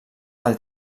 els